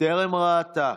טרם ראתה,